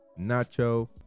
Nacho